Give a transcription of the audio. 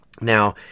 Now